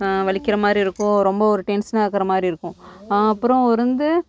வலிக்கிற மாதிரி இருக்கும் ரொம்ப ஒரு டென்சன் ஆகிற மாதிரி இருக்கும் அப்புறம் ஒரு இருந்து